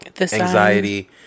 anxiety